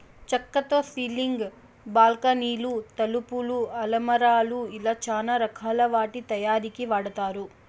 చక్కతో సీలింగ్, బాల్కానీలు, తలుపులు, అలమారాలు ఇలా చానా రకాల వాటి తయారీకి వాడతారు